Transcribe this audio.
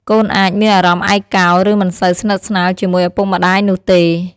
កូនអាចមានអារម្មណ៍ឯកោឬមិនសូវស្និទ្ធស្នាលជាមួយឪពុកម្ដាយនោះទេ។